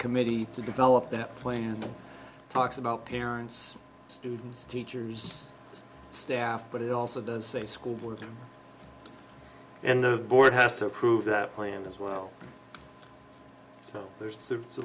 committee to develop that plane and talks about parents students teachers and staff but it also does say school board and the board has to approve that plan as well so there's